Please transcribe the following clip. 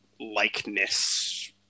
likeness